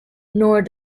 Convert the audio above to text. nor